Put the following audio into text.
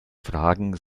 fragen